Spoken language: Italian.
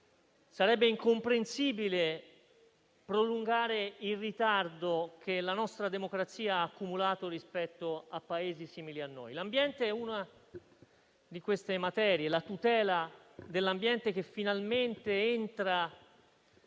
sarebbe incomprensibile prolungare il ritardo che la nostra democrazia ha accumulato rispetto a Paesi simili a noi. L'ambiente è una di queste materie. La tutela dell'ambiente, che finalmente entra